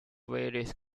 various